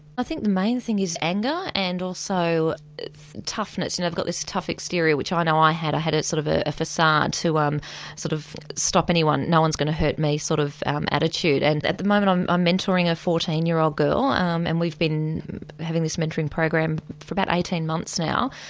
i think the main thing is anger, and also toughness they've got this tough exterior which i know i had i had a sort of ah a facade to um sort of stop anyone no-one's going to hurt me sort of um attitude. and at the moment i'm um mentoring a fourteen year old girl um and we've been having this mentoring program for about eighteen months now.